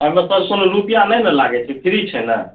अइमे सर कोनो रुपैआ नहि ने लागय छै फ्री छै ने